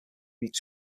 meets